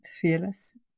Fearless